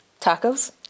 tacos